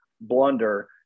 blunder